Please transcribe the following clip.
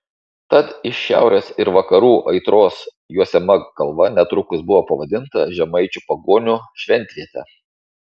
tad iš šiaurės ir vakarų aitros juosiama kalva netrukus buvo pavadinta žemaičių pagonių šventviete